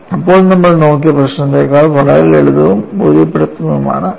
ഇപ്പോൾ നമ്മൾ നോക്കിയ പ്രശ്നത്തേക്കാൾ വളരെ ലളിതവും ബോധ്യപ്പെടുത്തുന്നതുമാണ് അത്